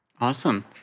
Awesome